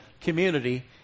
community